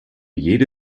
jede